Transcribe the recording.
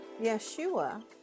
Yeshua